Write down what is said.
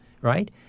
right